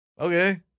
okay